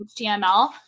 HTML